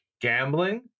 Gambling